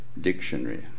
dictionary